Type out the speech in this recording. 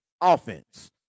offense